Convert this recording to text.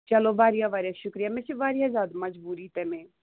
چلو واریاہ واریاہ شُکرِیہ مےٚ چھِ واریاہ زیادٕ مَجبوٗری تَمے